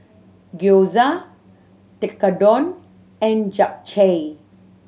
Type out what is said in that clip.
Gyoza Tekkadon and Japchae